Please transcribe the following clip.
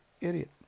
idiot